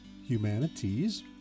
humanities